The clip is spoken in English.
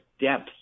depth